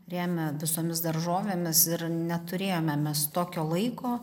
remia visomis daržovėmis ir neturėjome mes tokio laiko